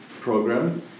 program